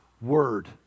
word